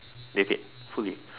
they paid fully